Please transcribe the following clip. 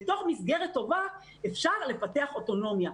בתוך מסגרת טובה אפשר לפתח אוטונומיה.